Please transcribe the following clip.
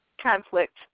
Conflict